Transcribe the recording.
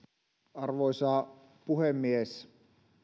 arvoisa puhemies